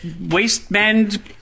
waistband